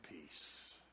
peace